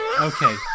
Okay